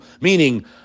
meaning